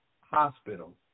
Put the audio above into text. hospital